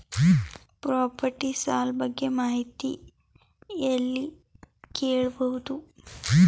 Property ಸಾಲ ಬಗ್ಗೆ ಮಾಹಿತಿ ಎಲ್ಲ ಕೇಳಬಹುದು?